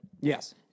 Yes